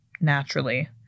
naturally